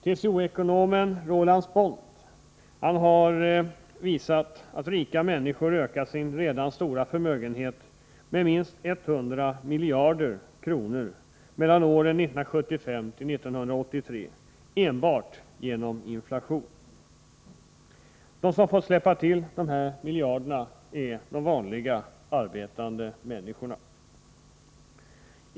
TCO-ekonomen Roland Spånt har visat att rika människor ökat sina redan stora förmögenheter med minst 100 miljarder kronor mellan åren 1975 och 1983 enbart genom inflationen. De som fått släppa till dessa miljarder är de vanliga arbetande människorna.